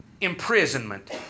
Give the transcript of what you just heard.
imprisonment